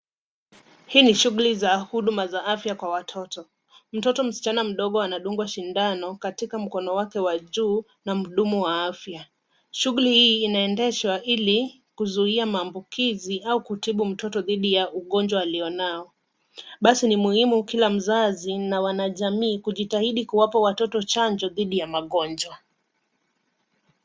Hii ni shughuli za huduma za afya kwa watoto. Mtoto msichana mdogo anadungwa shindano katika mkono wake wa juu na mhudumu wa afya. Shughuli hii inaendeshwa ili kuzuia maambukizi au kutibu mtoto dhidi ya ugonjwa aliyo nao. Basi ni muhimu kila mzazi na wanajamii kujitahidi kuwapa watoto chanjo dhidi ya magonjwa.